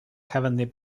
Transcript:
heavenly